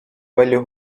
palju